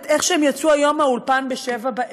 איך שהם יצאו היום מהאולפן ב-19:00,